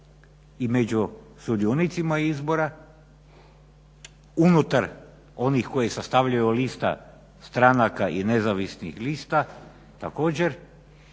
i među sudionicima izbora unutar onih koji sastavljaju liste stranaka i nezavisnih lista također